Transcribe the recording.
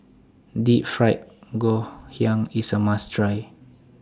Deep Fried Ngoh Hiang IS A must Try